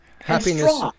Happiness